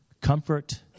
Comfort